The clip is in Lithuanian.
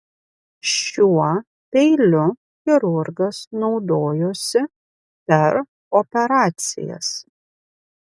šiuo peiliu chirurgas naudojosi per operacijas